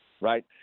right